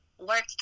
work